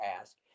ask